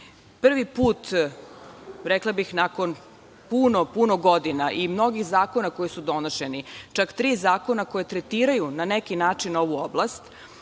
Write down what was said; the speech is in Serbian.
put, rekla bih, nakon puno, puno godina i mnogo zakona koji su donošeni, čak tri zakona koji tretiraju, na neki način, ovu oblast,